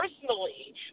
personally